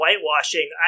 whitewashing